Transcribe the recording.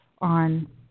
on